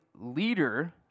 leader